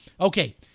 Okay